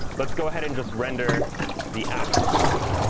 let's go ahead and just render the app component.